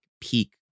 peak